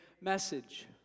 message